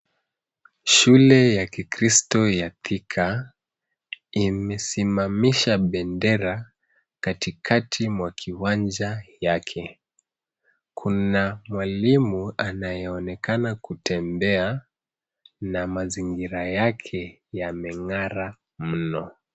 Shule ya kikristo ya Thika, imesimamisha bendera katikati mwa kiwanja yake. Kuna mwalimu anayeonekana kutembea, na mazingira yake yamengara mno.